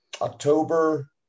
October